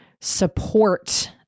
support